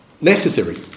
Necessary